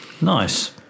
Nice